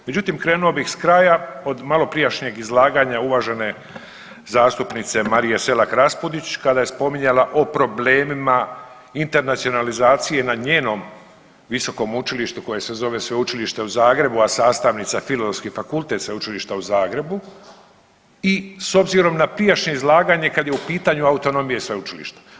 Međutim, krenuo bih s kraja od maloprijašnjeg izlaganja uvažene zastupnice Marije Selak Raspudić kada je spominjala o problemima internacionalizacije na njenom visokom učilištu koje se zove Sveučilište u Zagrebu, a sastavnica Filozofski fakultete u Zagrebu i s obzirom na prijašnje izlaganje kad je u pitanju autonomija sveučilišta.